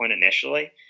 initially